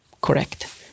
correct